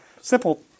Simple